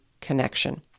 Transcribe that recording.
connection